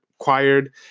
acquired